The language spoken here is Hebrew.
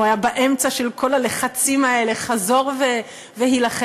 הוא היה באמצע כל הלחצים האלה חזור והילחץ.